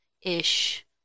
ish